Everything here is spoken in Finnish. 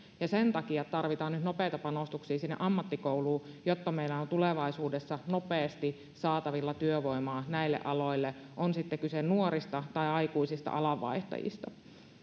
ja sen takia tarvitaan nyt nopeita panostuksia sinne ammattikouluun jotta meillä on tulevaisuudessa nopeasti saatavilla työvoimaa näille aloille on sitten kyse nuorista tai aikuisista alanvaihtajista